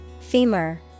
femur